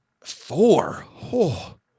Four